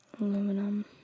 Aluminum